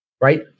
right